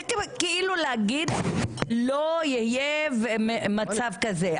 זה כאילו להגיד לא יהיה מצב כזה.